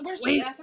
Wait